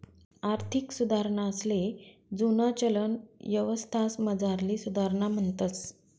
आर्थिक सुधारणासले जुना चलन यवस्थामझारली सुधारणा म्हणतंस